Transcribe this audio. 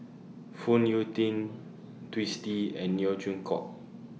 Phoon Yew Tien Twisstii and Neo Chwee Kok